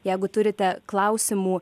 jeigu turite klausimų